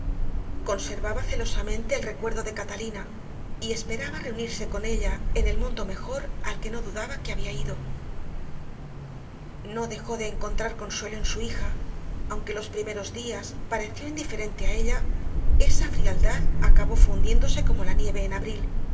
conservaba celosamente el recuerdo de catalina y esperaba reunirse con ella en el mundo mejor al que no dudaba que había ido no dejó de encontrar consuelo en su hija aunque los primeros días pareció indiferente a ella esa frialdad acabó fundiéndose como la nieve en abril